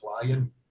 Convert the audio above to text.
flying